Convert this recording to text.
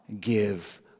give